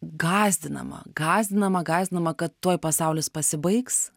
gąsdinama gąsdinama gąsdinama kad tuoj pasaulis pasibaigs